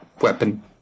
weapon